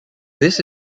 this